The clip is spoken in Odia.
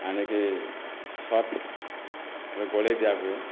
ଆଣିକି ସର୍ଫରେ ଗୋଳେଇ ଦିଆହୁଏ